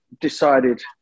decided